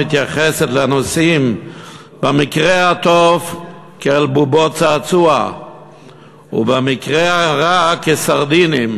מתייחסת לנוסעים במקרה הטוב כאל בובות צעצוע ובמקרה הרע כסרדינים,